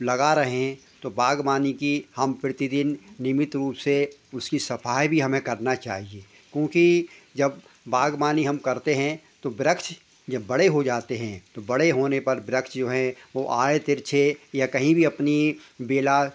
लगा रहें तो बाग़वानी की हम प्रतिदिन नियमित रूप से उसकी सफाई भी हमें करना चाहिए क्योंकि जब बाग़बानी हम करते हैं तो वृक्ष जब बड़े हो जाते हैं तो बड़े होने पर वृक्ष जो हैं वे आड़े तिरछे या कहीं भी अपनी बेल